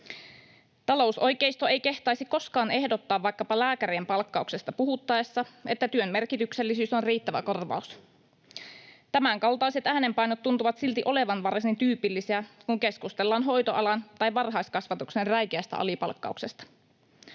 Talousoikeisto ei kehtaisi koskaan ehdottaa vaikkapa lääkärien palkkauksesta puhuttaessa, että työn merkityksellisyys on riittävä korvaus. Tämänkaltaiset äänenpainot tuntuvat silti olevan varsin tyypillisiä, kun keskustellaan hoitoalan tai varhaiskasvatuksen räikeästä alipalkkauksesta.